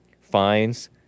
fines